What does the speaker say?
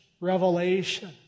revelation